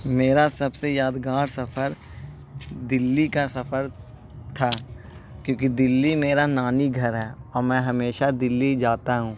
میرا سب سے یادگار سفر دہلی کا سفر تھا کیونکہ دہلی میرا نانی گھر ہے اور میں ہمیشہ دہلی جاتا ہوں